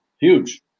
Huge